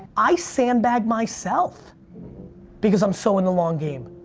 i sand bagged myself because i'm so in the long game.